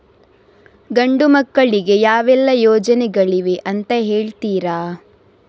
ಗಂಡು ಮಕ್ಕಳಿಗೆ ಯಾವೆಲ್ಲಾ ಯೋಜನೆಗಳಿವೆ ಅಂತ ಹೇಳ್ತೀರಾ?